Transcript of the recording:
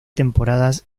temporadas